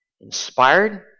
inspired